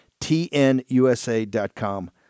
TNUSA.com